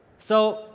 so,